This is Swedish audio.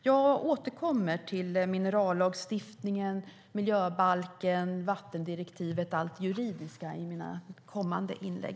Jag återkommer till minerallagstiftningen, miljöbalken och vattendirektivet - allt det juridiska - i mina kommande inlägg.